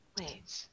Wait